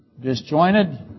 disjointed